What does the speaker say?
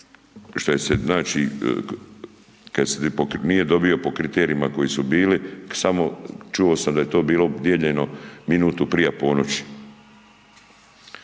taj što kad se nije dobio po kriterijima koji su bili, samo čuo sam da je to bilo dijeljeno minutu prije ponoći.